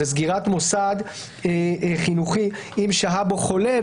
שזה סגירת מוסד חינוכי אם שהה בו חולה,